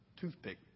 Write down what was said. toothpick